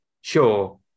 sure